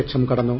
ലക്ഷം കടന്നു